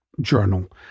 journal